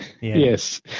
Yes